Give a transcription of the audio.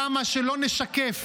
למה שלא נשקף?